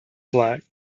black